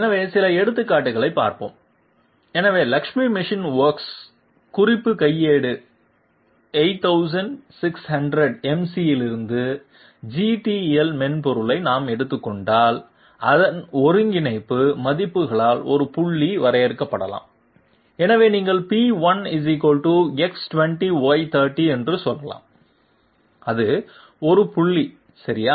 எனவே சில எடுத்துக்காட்டுகளைப் பார்ப்போம் எனவே லட்சுமி மெஷின் ஒர்க்ஸின் குறிப்பு கையேடு 8600 MC யிலிருந்து GTL மென்பொருளை நாம் எடுத்துக் கொண்டால் அதன் ஒருங்கிணைப்பு மதிப்புகளால் ஒரு புள்ளி வரையறுக்கப்படலாம் எனவே நீங்கள் P1 X20Y30 என்று சொல்லலாம் அது ஒரு புள்ளி சரியா